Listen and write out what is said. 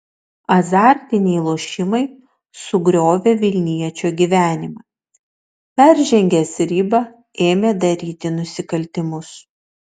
azartiniai lošimai sugriovė vilniečio gyvenimą peržengęs ribą ėmė daryti nusikaltimus